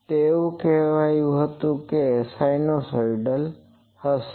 તો એવું કહેવાયુ હતું કે તે સિનુસાઇડલ હશે